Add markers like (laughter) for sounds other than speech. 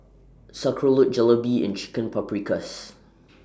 (unintelligible) Jalebi and Chicken Paprikas